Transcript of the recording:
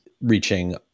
reaching